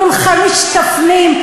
כולכם משתפנים.